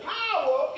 power